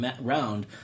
round